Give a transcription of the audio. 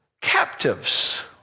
captives